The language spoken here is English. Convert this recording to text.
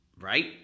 right